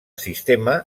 sistema